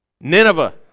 Nineveh